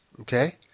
okay